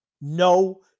no